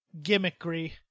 gimmickry